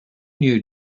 new